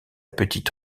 petite